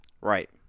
Right